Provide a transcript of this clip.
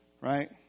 right